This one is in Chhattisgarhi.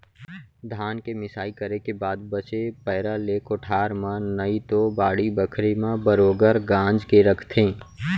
धान के मिंसाई करे के बाद बचे पैरा ले कोठार म नइतो बाड़ी बखरी म बरोगर गांज के रखथें